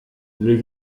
les